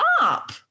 up